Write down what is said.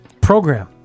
program